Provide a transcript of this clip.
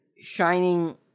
Shining